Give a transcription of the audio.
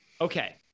Okay